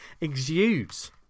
exudes